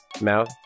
mouth